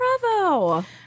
Bravo